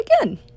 again